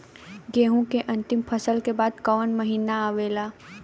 गेहूँ के अंतिम फसल के बाद कवन महीना आवेला?